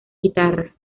guitarra